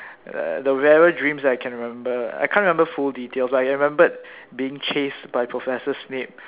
the rarer dreams I can remember I can't remember full details but I remembered being chased by Professor-Snape